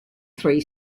three